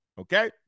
Okay